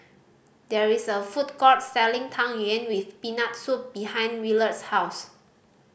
there is a food court selling Tang Yuen with Peanut Soup behind Willard's house